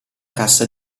cassa